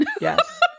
Yes